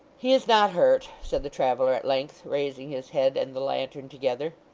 he is not hurt said the traveller at length, raising his head and the lantern together.